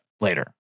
later